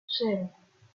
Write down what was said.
cero